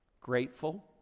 grateful